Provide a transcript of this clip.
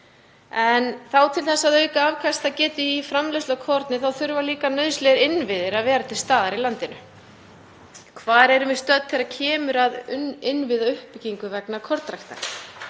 en til þess að auka afkastagetu í framleiðslu á korni þá þurfa nauðsynlegir innviðir líka að vera til staðar í landinu. Hvar erum við stödd þegar kemur að innviðauppbyggingu vegna kornræktar?